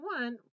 one